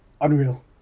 Unreal